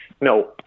No